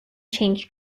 change